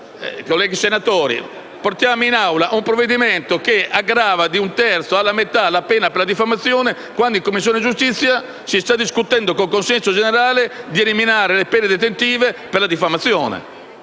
Colleghi senatori, abbiamo portato in Assemblea un provvedimento che aggrava da un terzo alla metà la pena per la diffamazione, quando in Commissione giustizia si sta discutendo, con il consenso generale, di eliminare le pene detentive per il reato di diffamazione.